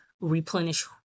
replenish